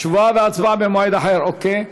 תשובה והצבעה במועד אחר, אוקיי.